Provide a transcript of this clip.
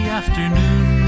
afternoon